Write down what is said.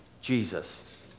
Jesus